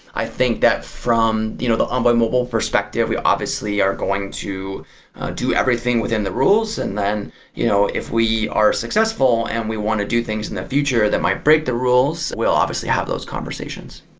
i think that from you know the envoy mobile perspective, we obviously are going to do everything within the rules, and then you know if we are successful and we want to do things in the future that might break the rules, we'll obviously have those conversations.